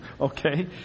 okay